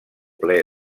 ple